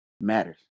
matters